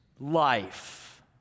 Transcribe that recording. life